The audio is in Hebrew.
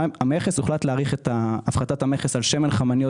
הוחלט להאריך את הפחתת המכס על שמן חמניות